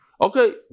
Okay